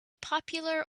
popular